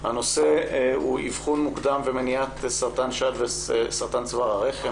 הנושא הוא אבחון מוקדם ומניעת סרטן שד וסרטן צוואר הרחם,